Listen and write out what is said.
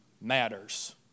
matters